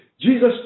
Jesus